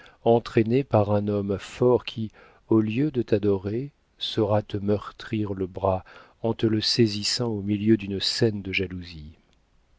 entraînée par un homme fort qui au lieu de t'adorer saura te meurtrir le bras en te le saisissant au milieu d'une scène de jalousie